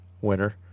winner